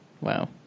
Wow